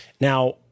Now